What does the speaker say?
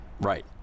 Right